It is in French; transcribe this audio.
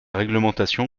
réglementation